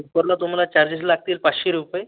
स्लीपरला तुम्हाला चार्जेस लागतील पाचशे रुपये